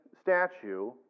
statue